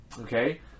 Okay